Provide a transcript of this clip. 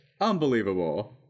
Unbelievable